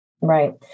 Right